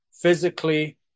physically